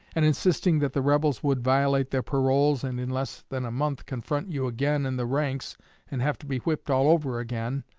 and insisting that the rebels would violate their paroles and in less than a month confront you again in the ranks and have to be whipped all over again,